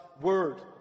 word